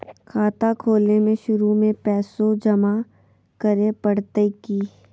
खाता खोले में शुरू में पैसो जमा करे पड़तई की?